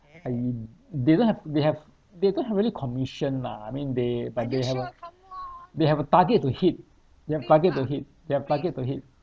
I mean they don't have they have they don't have really commission lah I mean they but they have a they have a target to hit they have target to hit they have target to hit